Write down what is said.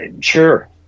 sure